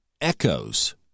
echoes